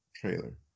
trailer